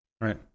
Right